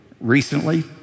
recently